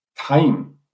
time